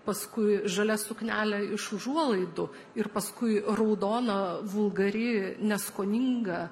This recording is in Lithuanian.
paskui žalia suknelė iš užuolaidų ir paskui raudona vulgari neskoninga